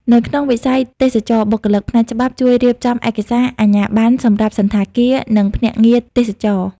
នៅក្នុងវិស័យទេសចរណ៍ បុគ្គលិកផ្នែកច្បាប់ជួយរៀបចំឯកសារអាជ្ញាប័ណ្ណសម្រាប់សណ្ឋាគារ និងភ្នាក់ងារទេសចរណ៍។